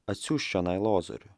atsiųsk čionai lozorių